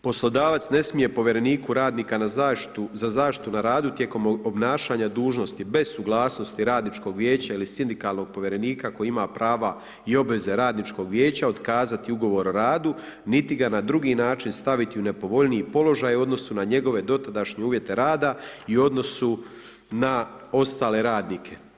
Dakle, poslodavac ne smije povjereniku za zaštitu na radu tijekom obnašanja dužnosti bez suglasnosti Radničkog vijeća ili sindikalnog povjerenika koji ima prava i obveze Radničkog vijeća otkazati ugovor o radu, niti ga na drugi način staviti u nepovoljniji položaj u odnosu na njegove dotadašnje uvjete rada i odnosu na ostale radnike.